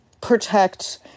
protect